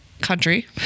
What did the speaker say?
country